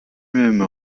même